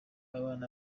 abana